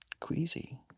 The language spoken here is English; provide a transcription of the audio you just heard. queasy